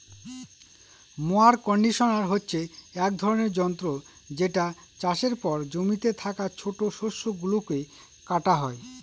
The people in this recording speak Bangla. মোয়ার কন্ডিশনার হচ্ছে এক ধরনের যন্ত্র যেটা চাষের পর জমিতে থাকা ছোট শস্য গুলোকে কাটা হয়